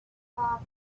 far